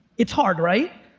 it's hard right?